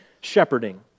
shepherding